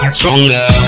stronger